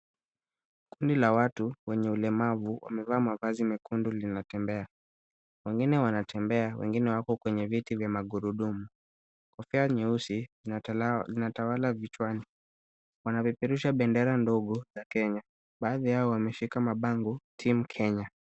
Kundi la watu wenye ulemavu, wamevaa mavazi mekundu linatembea. Wengine wanatembea, wengine wako kwenye viti vya magurudumu. Kofia nyeusi zinatawala vichwani. Wanapeperusha bendera ndogo ya Kenya. Baadhi yao wameshika mabango Team Kenya.